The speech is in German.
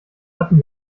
hatten